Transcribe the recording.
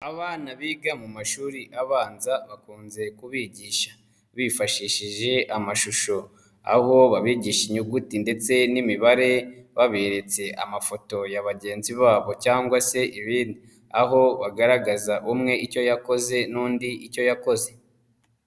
Abana biga mu mashuri abanza bakunze kubigisha bifashishije amashusho, aho babigisha inyuguti ndetse n'imibare baberetse amafoto ya bagenzi babo cyangwa se ibindi, aho bagaragaza umwe icyo yakoze n'undi icyo yakoze.